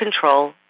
control